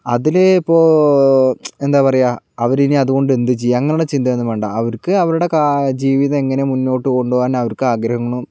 അതിലിപ്പോൾ എന്താ പറയുക അവരിനി അതുകൊണ്ട് എന്ത് ചെയ്യും അങ്ങനെയുള്ള ചിന്ത ഒന്നും വേണ്ട അവർക്ക് അവരുടെ ജീവിതം എങ്ങനെ മുന്നോട്ട് കൊണ്ട് പോകാൻ അവർക്ക് ആഗ്രഹങ്ങളും